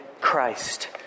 Christ